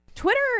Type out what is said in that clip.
Twitter